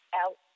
out